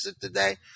today